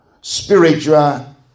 spiritual